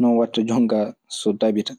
Non waɗta jon kaa so tabita.